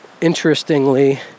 interestingly